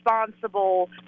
responsible